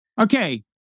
Okay